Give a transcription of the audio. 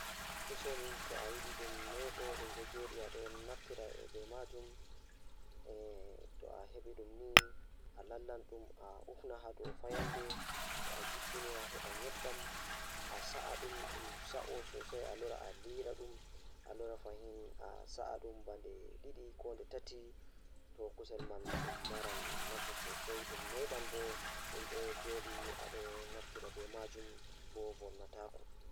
Ndeen, waɗi ko feewi to waɗa mewtii kono timmoore mum. Ko fii hokkude feccere, suusii e lefi, koyɗi daande ɓe njogii. Kadi, ɓe naatnude karnu fow e mawɗi feccere walla ɓe wullude ngal naatude ngal.